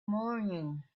morning